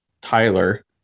tyler